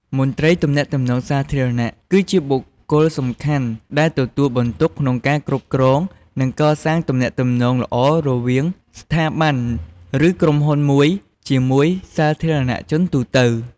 មន្ត្រីទំនាក់ទំនងសាធារណៈគឺជាបុគ្គលសំខាន់ដែលទទួលបន្ទុកក្នុងការគ្រប់គ្រង និងកសាងទំនាក់ទំនងល្អរវាងស្ថាប័ន ឬក្រុមហ៊ុនមួយ ជាមួយសាធារណជនទូទៅ។